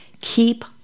Keep